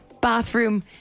bathroom